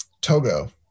Togo